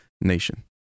nation